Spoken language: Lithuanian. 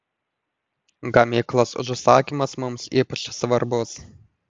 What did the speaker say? gamyklos užsakymas mums ypač svarbus